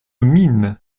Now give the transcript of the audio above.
mine